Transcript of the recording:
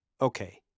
Okay